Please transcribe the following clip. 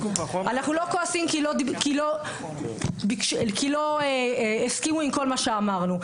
אנחנו לא כועסים כי לא הסכימו עם כל מה שאמרנו.